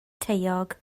taeog